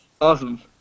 awesome